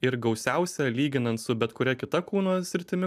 ir gausiausia lyginant su bet kuria kita kūno sritimi